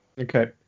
Okay